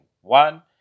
one